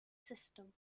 system